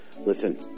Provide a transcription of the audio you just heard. Listen